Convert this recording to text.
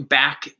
back